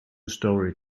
story